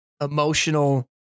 emotional